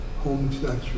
homosexual